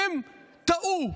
שייקחו אחריות אם הם טעו,